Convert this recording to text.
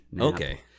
Okay